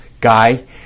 guy